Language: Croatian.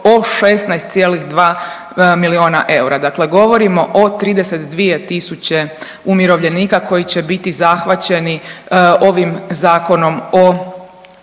o 16,2 miliona eura. Dakle, govorimo o 32 tisuće umirovljenika koji će biti zahvaćeni ovim Zakonom o